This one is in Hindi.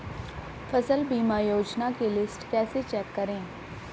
फसल बीमा योजना की लिस्ट कैसे चेक करें?